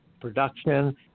production